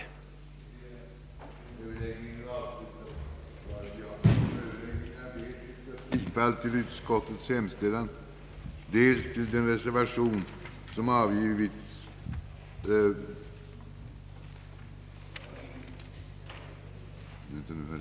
2) utredning angående en höjning av grundsjukpenningen och tilläggssjukpenningen, varvid frågan om en höjning av den statliga bidragsandelen borde prövas.